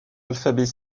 alphabet